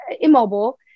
immobile